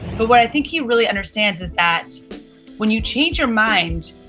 but what i think he really understands is that when you change your mind,